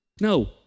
No